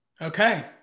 Okay